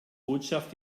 botschaft